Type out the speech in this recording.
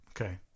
Okay